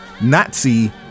Nazi